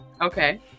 Okay